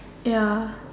ya